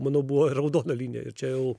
mano buvo raudona linija ir čia jau